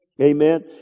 Amen